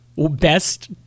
Best